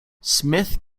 smith